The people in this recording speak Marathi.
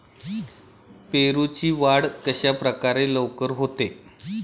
पेरूची वाढ कशाप्रकारे लवकर होते?